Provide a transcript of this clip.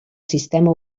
sistema